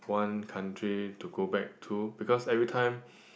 one country to go back to because everytime